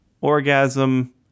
orgasm